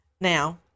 Now